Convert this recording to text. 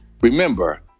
Remember